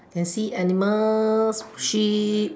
can see animals sheep